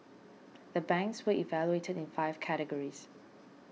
the banks were evaluated in five categories